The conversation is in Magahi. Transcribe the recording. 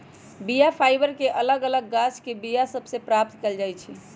बीया फाइबर के अलग अलग गाछके बीया सभ से प्राप्त कएल जाइ छइ